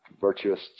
virtuous